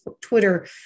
Twitter